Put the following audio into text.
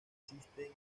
asisten